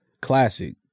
classic